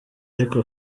ariko